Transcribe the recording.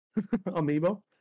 Amiibo